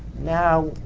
now,